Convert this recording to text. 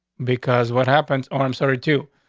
because what happens? ah i'm sorry too.